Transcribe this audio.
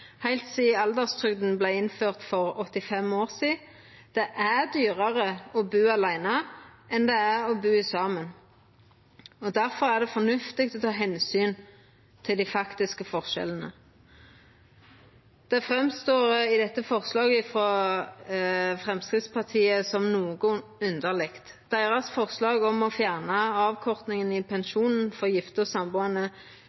heilt sidan alderstrygda vart innført for 85 år sidan. Det er dyrare å bu aleine enn det er å bu saman. Difor er det fornuftig å ta omsyn til dei faktiske forskjellane. Forslaget frå Framstegspartiet står fram som noko underleg. Forslaget deira om å fjerna avkortinga i